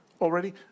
already